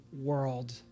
world